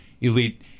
Elite